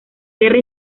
guerra